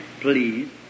please